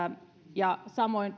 samoin